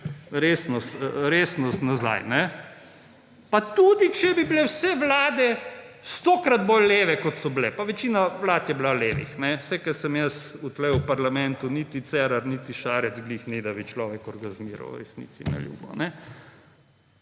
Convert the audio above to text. Resnost nazaj. Pa tudi če bi bile vse vlade stokrat bolj leve, kot so bile; pa večina vlad je bila levih, saj odkar sem jaz tu v parlamentu niti Cerar niti Šarec ravno ni, da bi človek orgazmiral, resnici na ljubo.